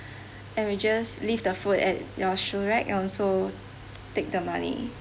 and we just leave the food at your shoe rack and also take the money